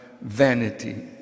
vanity